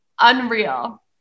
unreal